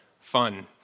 fun